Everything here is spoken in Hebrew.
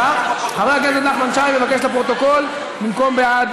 חבר הכנסת נחמן שי מבקש לפרוטוקול: במקום בעד,